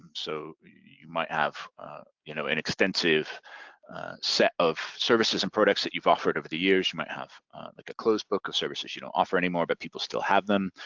so you might have you know an extensive set of services and products that you've offered over the years, you might have like a closed book of services you don't offer anymore, but people still have them.